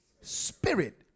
spirit